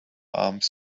arms